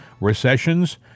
Recessions